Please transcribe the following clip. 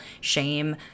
shame